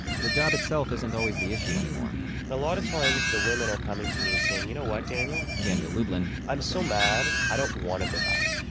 the job itself isn't always the issue anymore a lot of times the women are coming to me and saying, you know what daniel? daniel lublin i'm so mad. i don't wanna go back,